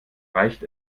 reicht